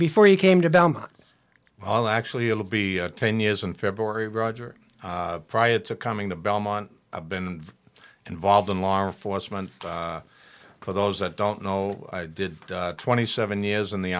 before you came to belmont i'll actually it'll be ten years in february roger prior to coming to belmont i've been involved in law enforcement for those that don't know i did twenty seven years in the